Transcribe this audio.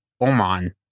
Oman